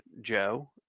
Joe